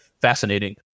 fascinating